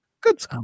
good